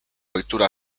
ohitura